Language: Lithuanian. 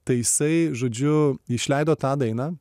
tai jisai žodžiu išleido tą dainą